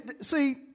see